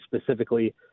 specifically